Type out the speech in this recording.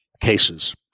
cases